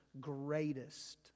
greatest